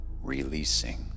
releasing